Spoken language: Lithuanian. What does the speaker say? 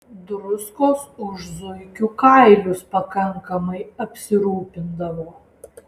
druskos už zuikių kailius pakankamai apsirūpindavo